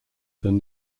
than